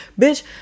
bitch